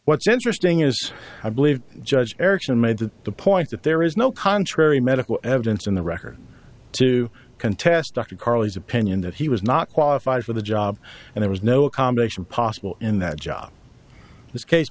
what's interesting is i believe judge erickson made that the point that there is no contrary medical evidence in the record to contest dr carley's opinion that he was not qualified for the job and there was no accommodation possible in that job this case